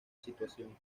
situación